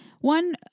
one